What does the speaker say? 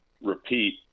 repeat